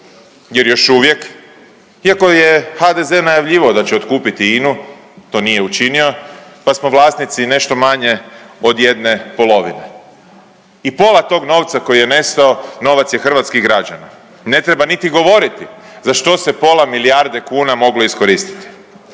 jer još uvijek, iako je HDZ najavljivao da će otkupiti INA-u to nije učinio pa smo vlasnici nešto manje od jedne polovine. I pola tog novca koji je nestao novac je hrvatskih građana. Ne treba niti govoriti za što se pola milijarde kuna moglo iskoristiti.